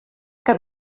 que